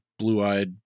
blue-eyed